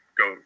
go